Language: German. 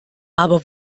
aber